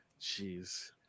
Jeez